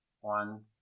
One